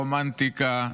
רומנטיקה,